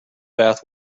bath